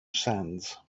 sands